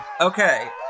Okay